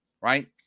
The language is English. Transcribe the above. right